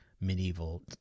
medieval